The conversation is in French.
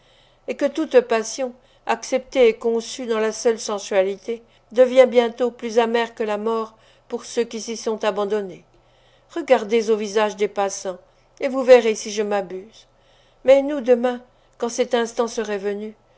et que toute passion acceptée et conçue dans la seule sensualité devient bientôt plus amère que la mort pour ceux qui s'y sont abandonnés regardez au visage des passants et vous verrez si je m'abuse mais nous demain quand cet instant serait venu